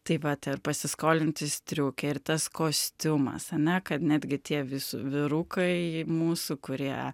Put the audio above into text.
tai vat ir pasiskolinti striukę ir tas kostiumas ane kad netgi tie visų vyrukai mūsų kurie